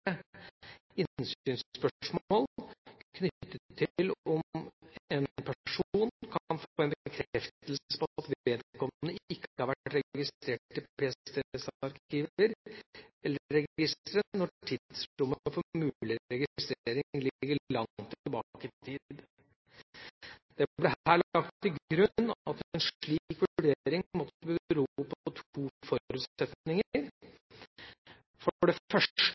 knyttet til om en person kan få en bekreftelse på at vedkommende ikke har vært registrert i PSTs arkiver eller registre når tidsrommet for mulig registrering ligger langt tilbake i tid. Det ble her lagt til grunn at en slik vurdering måtte bero på to forutsetninger: for det